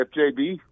FJB